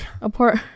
apart